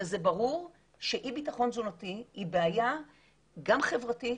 אבל זה ברור שאי ביטחון תזונתי היא בעיה גם חברתית,